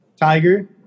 Tiger